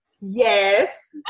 Yes